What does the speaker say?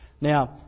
Now